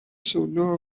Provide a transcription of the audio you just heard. solo